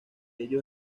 ello